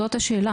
זאת השאלה.